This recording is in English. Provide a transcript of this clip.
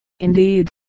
Indeed